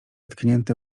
tknięte